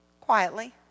Quietly